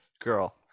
girl